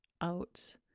out